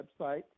website